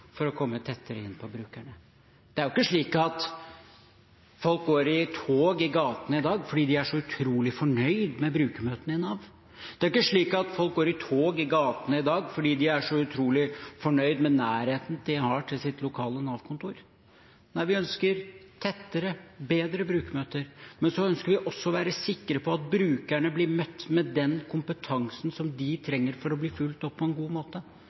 for å komme tettere innpå brukerne. Det er ikke slik at folk går i tog i gatene i dag fordi de er så utrolig fornøyd med brukermøtene i Nav. Det er ikke slik at folk går i tog i gatene i dag fordi de er så utrolig fornøyd med nærheten de har til sitt lokale Nav-kontor. Nei, vi ønsker tettere, bedre brukermøter, men vi ønsker også å være sikre på at brukerne blir møtt med den kompetansen som de trenger for å bli fulgt opp på en god måte.